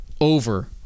over